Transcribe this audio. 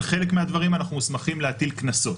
על חלק מהדברים אנחנו מוסמכים להטיל קנסות,